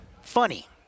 funny